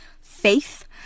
faith